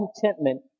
contentment